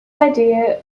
idea